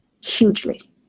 hugely